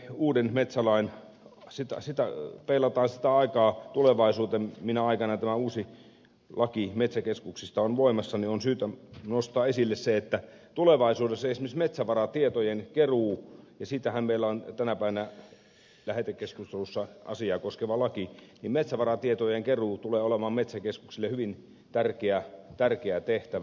uuden metsälain on sitä tulevaisuuteen peilataan sitä aikaa tulevaisuudessa minä aikana tämä uusi laki metsäkeskuksista on voimassa on syytä nostaa esille se että tulevaisuudessa esimerkiksi metsävaratietojen keruu ja siitähän meillä on tänä päivänä lähetekeskustelussa asiaa koskeva laki tulee olemaan metsäkeskuksille hyvin tärkeä tehtävä